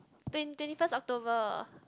twen~ twenty first October